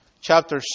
chapter